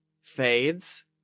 Fades